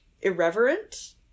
irreverent